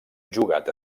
jugat